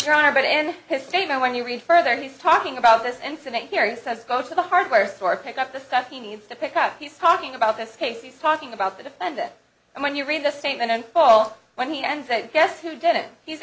honor but and his statement when you read further he's talking about this incident here he says go to the hardware store pick up the stuff he needs to pick up he's talking about this case he's talking about the defendant and when you read the statement and fall when he and say guess who did it he's